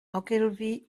ogilvy